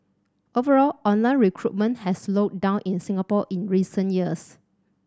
overall online recruitment has slowed down in Singapore in recent years